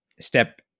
step